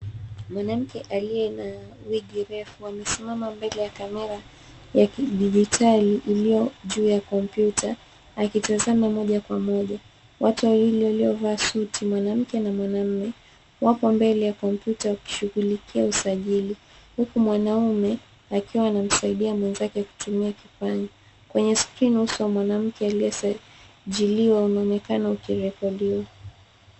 Mwanamke aliye na wigi refu amesimama mbele ya kamera ya kidijitali iliyo juu ya kompyuta akitazama moja kwa moja. Watu wawili waliovaa suti mwanamke na wanaume wako mbele ya kompyuta wakishughulikia usajili huku mwanaume akiwa anamsaidia mwenzake kutumia kipande. Kwenye skrini uso wa mwanamke aliye sajiliwa unaonekana ukirekodiwa.